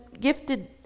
gifted